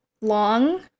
long